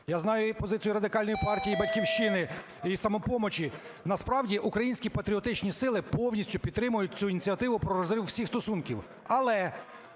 Я знаю і позицію Радикальної партії, і "Батьківщина", і "Самопомочі". Насправді, українські патріотичні сили повністю підтримують цю ініціативу – про розрив всіх стосунків.